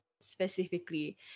specifically